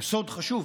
יסוד חשוב,